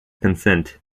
consent